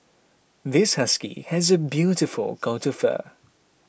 this husky has a beautiful coat of fur